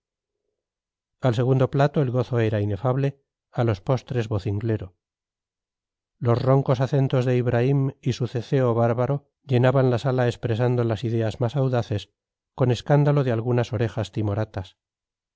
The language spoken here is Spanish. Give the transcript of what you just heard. al segundo plato el gozo era inefable a los postres vocinglero los roncos acentos de ibraim y su ceceo bárbaro llenaban la sala expresando las ideas más audaces con escándalo de algunas orejas timoratas de